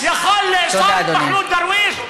איזה בן תרבות יכול לאסור את מחמוד דרוויש?